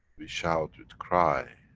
we shout with cry,